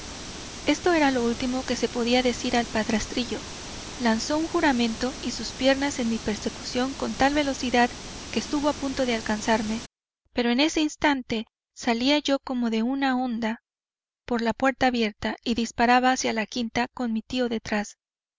esto era lo último que se podía decir al padrastrillo lanzó un juramento y sus piernas en mi persecución con tal velocidad que estuvo a punto de alcanzarme pero en ese instante salía yo como de una honda por la puerta abierta y disparaba hacia la quinta con mi tío detrás